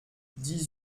dix